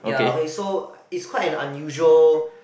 ya okay so it's quite an unusual